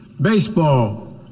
Baseball